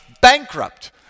bankrupt